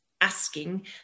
asking